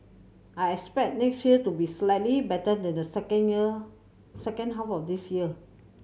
I expect next year to be slightly better than the second year second half of this year